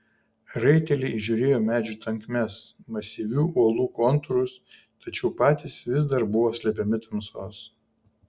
raiteliai įžiūrėjo medžių tankmes masyvių uolų kontūrus tačiau patys vis dar buvo slepiami tamsos